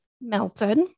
melted